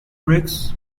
bricks